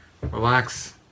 Relax